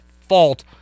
fault